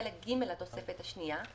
חלק ג' לתוספת השנייה,